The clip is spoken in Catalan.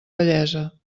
vellesa